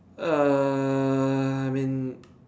err I mean